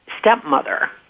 stepmother